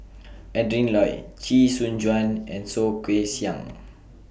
Adrin Loi Chee Soon Juan and Soh Kay Siang